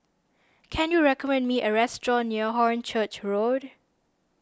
can you recommend me a restaurant near Hornchurch Road